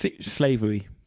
Slavery